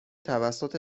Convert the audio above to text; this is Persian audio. توسط